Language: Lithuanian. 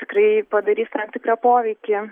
tikrai padarys tam tikrą poveikį